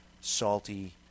salty